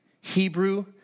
Hebrew